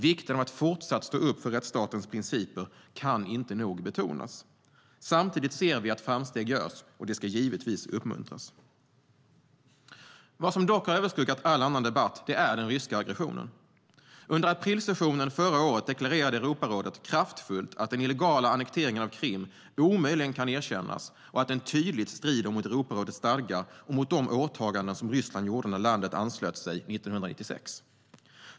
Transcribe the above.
Vikten av att fortsätta att stå upp för rättsstatens principer kan inte nog betonas. Samtidigt ser vi att framsteg görs, och det ska givetvis uppmuntras. Vad som dock har överskuggat all annan debatt är den ryska aggressionen. Under aprilsessionen förra året deklarerade Europarådet kraftfullt att den illegala annekteringen av Krim omöjligen kan erkännas och att den tydligt strider mot Europarådets stadgar och mot de åtaganden som Ryssland gjorde när landet anslöt sig 1996.